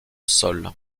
sol